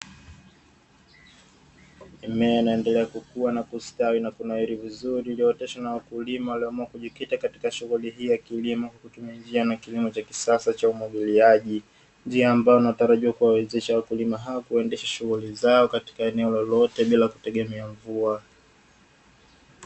Mimea inayokua na kuendelea kukua katika shughuli hii ya kilimo, kutumia njia na kilimo cha kisasa cha umwagiliaji shughuli zao katika eneo lolote bila kutegemea mvua.